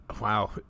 wow